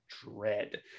dread